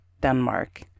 Denmark